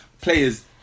players